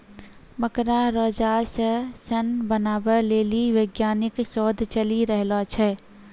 मकड़ा रो जाल से सन बनाबै लेली वैज्ञानिक शोध चली रहलो छै